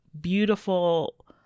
beautiful